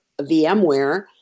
VMware